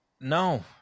no